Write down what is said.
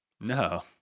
No